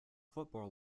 football